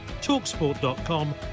talksport.com